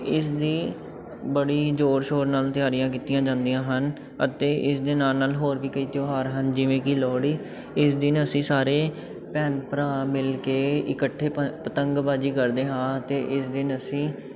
ਇਸ ਦੀ ਬੜੀ ਜੋਰ ਸ਼ੋਰ ਨਾਲ ਤਿਆਰੀਆਂ ਕੀਤੀਆਂ ਜਾਂਦੀਆਂ ਹਨ ਅਤੇ ਇਸ ਦੇ ਨਾਲ ਨਾਲ ਹੋਰ ਵੀ ਕਈ ਤਿਉਹਾਰ ਹਨ ਜਿਵੇਂ ਕਿ ਲੋਹੜੀ ਇਸ ਦਿਨ ਅਸੀਂ ਸਾਰੇ ਭੈਣ ਭਰਾ ਮਿਲ ਕੇ ਇਕੱਠੇ ਪ ਪਤੰਗਬਾਜ਼ੀ ਕਰਦੇ ਹਾਂ ਅਤੇ ਇਸ ਦਿਨ ਅਸੀਂ